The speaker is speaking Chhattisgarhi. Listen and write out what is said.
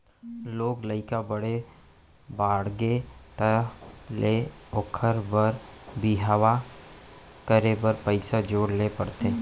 लोग लइका बड़े बाड़गे तहाँ ले ओखर बर बिहाव करे बर पइसा जोड़े ल परथे